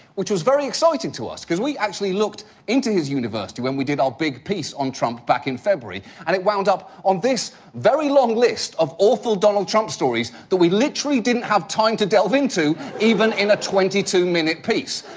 which was very exciting to us, because we actually looked into his university when we did our big piece on trump back in february, and it wound up on this very long list of awful donald trump stories that we literally didn't have time to delve into, even in a twenty two minute piece.